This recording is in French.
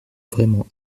vraiment